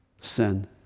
sin